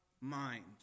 mind